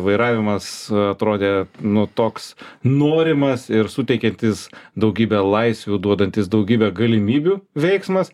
vairavimas atrodė nu toks norimas ir suteikiantis daugybę laisvių duodantis daugybę galimybių veiksmas